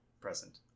present